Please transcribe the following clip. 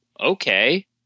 okay